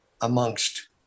amongst